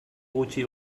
gutxi